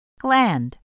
Gland